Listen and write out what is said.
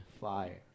Fire